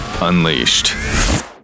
Unleashed